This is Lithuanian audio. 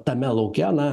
tame lauke na